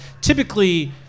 typically